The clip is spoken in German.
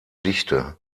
dichte